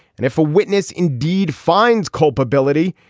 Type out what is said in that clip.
and if a witness indeed finds culpability,